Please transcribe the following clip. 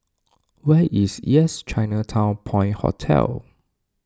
where is Yes Chinatown Point Hotel